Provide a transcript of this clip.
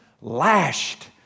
lashed